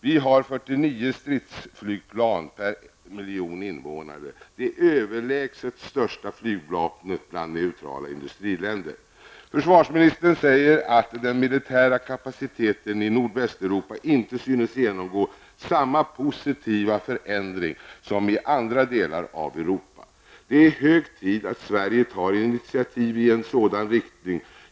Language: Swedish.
Vi har 49 stridsflygplan per miljon invånare, det överlägset största flygvapnet bland neutrala industriländer. Försvarsministern säger att den militära kapaciteten i Nordvästeuropa inte synes genomgå samma positiva förändring som i andra delar av Europa. Det är hög tid att Sverige tar initiativ i en sådan riktning.